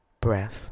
breath